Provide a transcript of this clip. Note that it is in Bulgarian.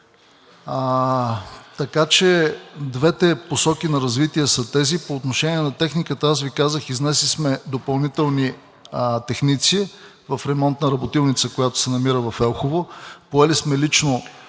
Така че двете посоки на развитие са тези. По отношение на техниката – аз Ви казах, изнесли сме допълнителни техници в ремонтна работилница, която се намира в Елхово. Поели сме лично